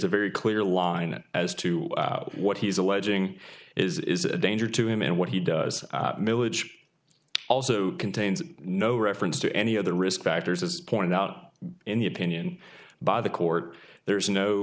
a very clear line as to what he's alleging is a danger to him and what he does milledge also contains no reference to any other risk factors as pointed out in the opinion by the court there is no